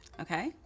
Okay